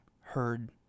heard